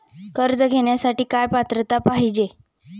कर्ज घेण्यासाठी काय पात्रता पाहिजे?